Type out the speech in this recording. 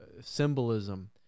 symbolism